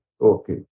Okay